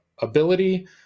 ability